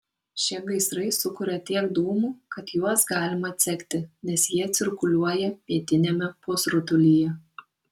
šie gaisrai sukuria tiek dūmų kad juos galima atsekti nes jie cirkuliuoja pietiniame pusrutulyje